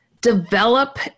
develop